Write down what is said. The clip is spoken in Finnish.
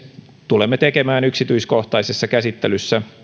tulemme tekemään yksityiskohtaisessa käsittelyssä